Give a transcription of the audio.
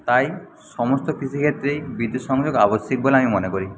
তাই সমস্ত কৃষিক্ষেত্রেই বিদ্যুৎ সংযোগ আবশ্যিক বলে আমি মনে করি